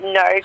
no